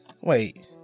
wait